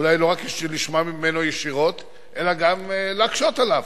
אולי לא רק לשמוע ממנו ישירות אלא גם להקשות עליו,